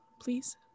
Please